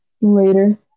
later